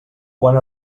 quan